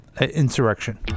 insurrection